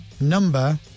number